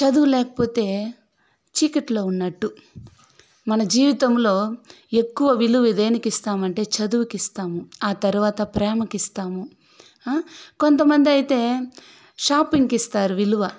చదువు లేకపోతే చీకట్లో ఉన్నట్టు మన జీవితములో ఎక్కువ విలువ దేనికి ఇస్తామంటే చదువుకు ఇస్తాము ఆ తరువాత ప్రేమకు ఇస్తాము కొంతమందైతే షాపింగ్కి ఇస్తారు విలువ